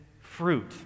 fruit